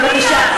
בבקשה,